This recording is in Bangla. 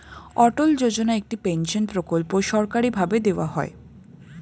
অটল যোজনা একটি পেনশন প্রকল্প সরকারি ভাবে দেওয়া হয়